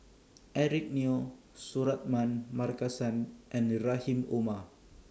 Eric Neo Suratman Markasan and Rahim Omar